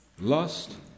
lust